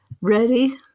Ready